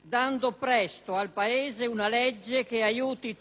dando presto al Paese una legge che aiuti tutti a vivere con dignità e rispetto la fine della vita.